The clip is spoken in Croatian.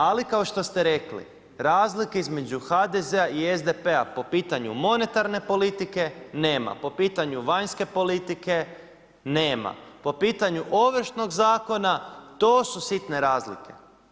Ali kao što ste rekli razlike između HDZ-a i SDP-a po pitanju monetarne politike nema, po pitanju vanjske politike nema, po pitanju Ovršnog zakona to su sitne razlike.